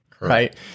Right